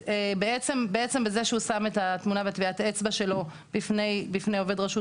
בעצם בזה שהוא שם את התמונה ואת טביעת האצבע שלו בפני עובד רשות